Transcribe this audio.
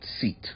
seat